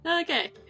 Okay